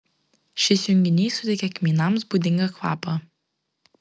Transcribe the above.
šis junginys suteikia kmynams būdingą kvapą